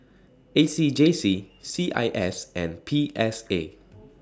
A C J C C I S and P S A